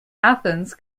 athens